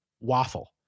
waffle